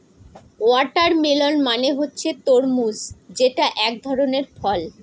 watermelon মানে হচ্ছে তরমুজ যেটা এক ধরনের ফল